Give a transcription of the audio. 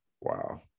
wow